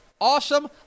Awesome